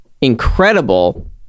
incredible